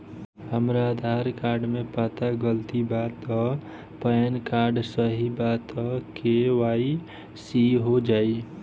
हमरा आधार कार्ड मे पता गलती बा त पैन कार्ड सही बा त के.वाइ.सी हो जायी?